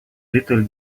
little